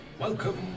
Welcome